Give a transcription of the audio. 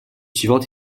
suivante